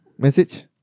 Message